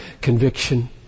conviction